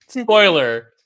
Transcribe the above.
spoiler